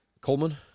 Coleman